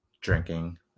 drinking